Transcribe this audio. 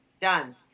Done